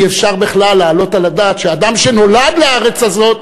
אי-אפשר בכלל להעלות על הדעת שאדם שנולד לארץ הזאת,